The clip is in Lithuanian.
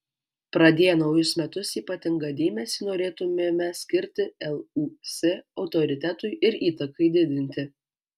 pradėję naujus metus ypatingą dėmesį norėtumėme skirti lūs autoritetui ir įtakai didinti